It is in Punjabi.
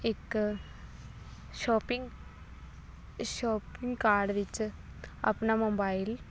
ਇੱਕ ਸ਼ੋਪਿੰਗ ਸ਼ੋਪਿੰਗ ਕਾਰਡ ਵਿੱਚ ਆਪਣਾ ਮੋਬਾਈਲ